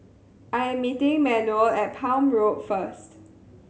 I am meeting Manuel at Palm Road first